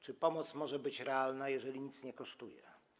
Czy pomoc może być realna, jeżeli nic nie kosztuje?